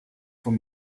from